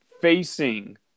facing